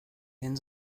den